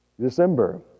December